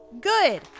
Good